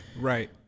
Right